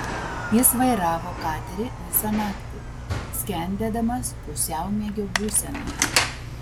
jis vairavo katerį visą naktį skendėdamas pusiaumiegio būsenoje